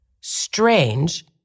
strange